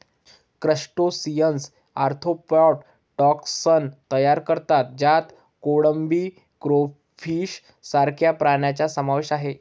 crustaceans arthropod taxon तयार करतात ज्यात कोळंबी, क्रेफिश सारख्या प्राण्यांचा समावेश आहे